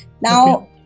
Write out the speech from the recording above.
now